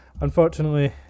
Unfortunately